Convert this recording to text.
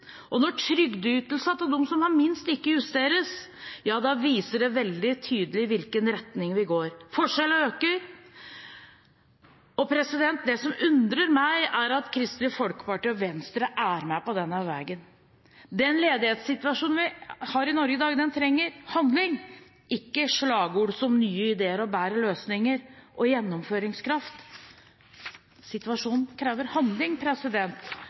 Når trygdeytelsene til dem som har minst, ikke justeres, viser det veldig tydelig hvilken retning vi går i. Forskjellene øker, og det som undrer meg, er at Kristelig Folkeparti og Venstre er med på denne veien. Den ledighetssituasjonen vi har i Norge i dag, trenger handling, ikke slagord som Nye ideer og bedre løsninger, og gjennomføringskraft. Situasjonen krever handling,